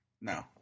no